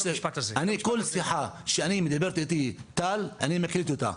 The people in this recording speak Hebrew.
כל שיחה שלי עם טל אני מקליט אותה.